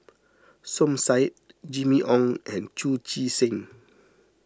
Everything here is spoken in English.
Som Said Jimmy Ong and Chu Chee Seng